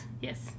Yes